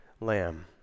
lamb